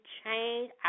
change